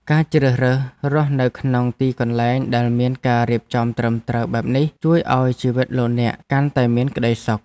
ការជ្រើសរើសរស់នៅក្នុងទីកន្លែងដែលមានការរៀបចំត្រឹមត្រូវបែបនេះជួយឱ្យជីវិតលោកអ្នកកាន់តែមានក្តីសុខ។